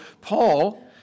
Paul